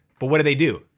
but what did they do?